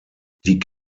die